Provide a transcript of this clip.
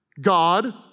God